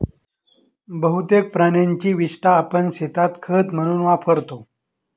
बहुतेक प्राण्यांची विस्टा आपण शेतात खत म्हणून वापरतो